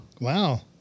Wow